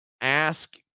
ask